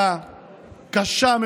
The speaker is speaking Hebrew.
יצא.